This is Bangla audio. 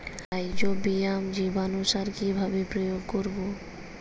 রাইজোবিয়াম জীবানুসার কিভাবে প্রয়োগ করব?